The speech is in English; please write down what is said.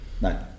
No